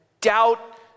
Doubt